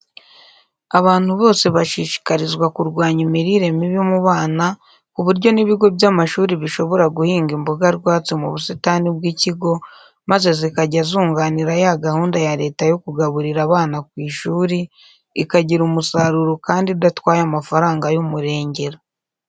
Abantu bose bashishikarizwa kurwanya imirire mibi mu bana, ku buryo n'ibigo by'amashuri bishobora guhinga imboga rwatsi mu busitani bw'ikigo, maze zikajya zunganira ya gahunda ya leta yo kugaburira abana ku ishuri, ikagira umusaruro kandi idatwaye amafaranga y'umurengera.